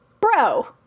bro